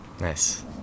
Nice